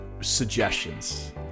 suggestions